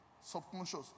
subconscious